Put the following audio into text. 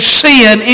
sin